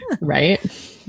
Right